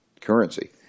currency